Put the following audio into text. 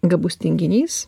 gabus tinginys